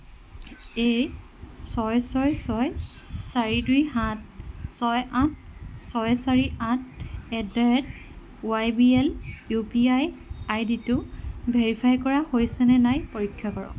এই ছয় ছয় ছয় চাৰি দুই সাত ছয় আঠ ছয় চাৰি আঠ at the rate Y B L U P I আইডিটো ভেৰিফাই কৰা হৈছেনে নাই পৰীক্ষা কৰক